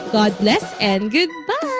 god bless and goodbye!